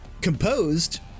Composed